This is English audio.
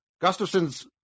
Gustafson's